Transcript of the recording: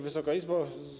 Wysoka Izbo!